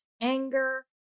anger